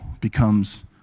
becomes